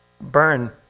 burn